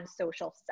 social